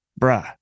bruh